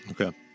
Okay